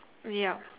ya